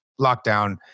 lockdown